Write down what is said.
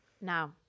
now